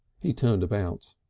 he turned about.